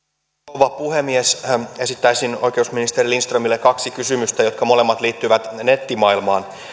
rouva puhemies esittäisin oikeusministeri lindströmille kaksi kysymystä jotka molemmat liittyvät nettimaailmaan